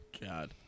God